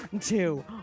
two